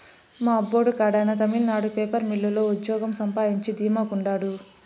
మా అబ్బోడు కడాన తమిళనాడు పేపర్ మిల్లు లో ఉజ్జోగం సంపాయించి ధీమా గుండారు